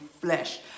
flesh